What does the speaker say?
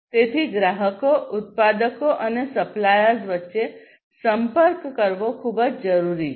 તેથી ગ્રાહકો ઉત્પાદકો અને સપ્લાયર્સ વચ્ચે સંપર્ક કરવો ખૂબ જ જરૂરી છે